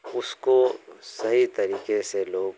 उसको सही तरीके से लोग